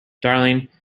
darling